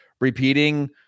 repeating